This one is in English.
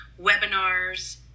webinars